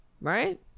Right